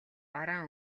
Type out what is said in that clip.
бараан